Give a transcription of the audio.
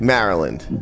Maryland